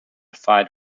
fight